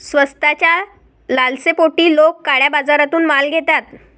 स्वस्ताच्या लालसेपोटी लोक काळ्या बाजारातून माल घेतात